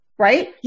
right